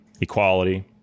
equality